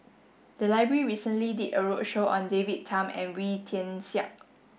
the library recently did a roadshow on David Tham and Wee Tian Siak